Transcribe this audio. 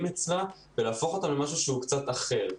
אצלה ולהפוך אותם למשהו שהוא קצת אחר.